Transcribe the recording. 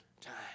time